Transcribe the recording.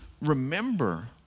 remember